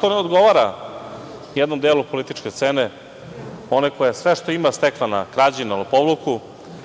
to ne odgovara jednom delu političke scene, one koja sve što ima je stekla na krađi, na lopovluku,